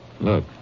Look